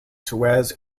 suez